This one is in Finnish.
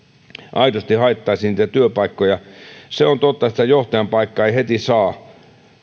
aidosti haettaisiin niitä työpaikkoja se on totta että sitä johtajan paikkaa ei heti saa